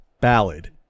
ballad